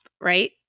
right